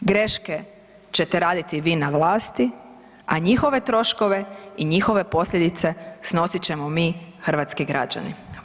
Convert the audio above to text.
Greške ćete raditi vi na vlasti, a njihove troškove i njihove posljedice snosit ćemo mi hrvatski građani.